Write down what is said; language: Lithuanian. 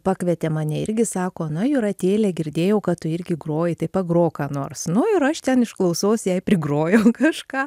pakvietė mane irgi sako na jūratėle girdėjau kad tu irgi groji tai pagrok ką nors nu ir aš ten iš klausos jai prigrojau kažką